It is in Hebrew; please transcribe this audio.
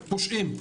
פושעים,